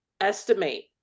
estimate